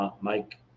Mike